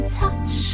touch